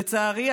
לצערי,